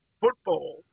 football